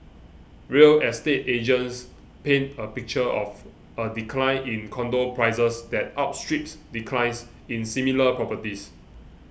real estate agents paint a picture of a decline in condo prices that outstrips declines in similar properties